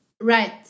Right